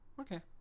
Okay